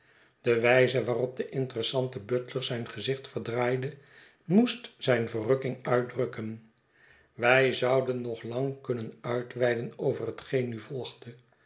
de wijze waarop de inter essante butler zijn gezicht verdraaide moest zijn verrukking uitdrukken wij zouden nog lang kunnen uitweiden over hetgeen nu volgde